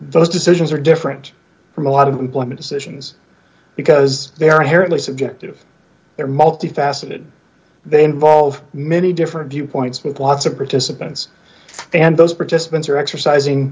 those decisions are different from a lot of employment decisions because they are inherently subjective they're multifaceted they involve many different viewpoints with lots of participants and those participants are exercising